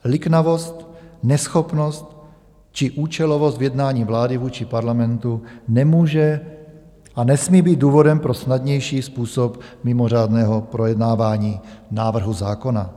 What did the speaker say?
Liknavost, neschopnost či účelovost v jednání vlády vůči Parlamentu nemůže a nesmí být důvodem pro snadnější způsob mimořádného projednávání návrhu zákona.